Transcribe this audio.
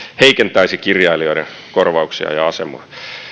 heikentäisi kirjailijoiden korvauksia ja asemaa